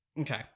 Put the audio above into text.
Okay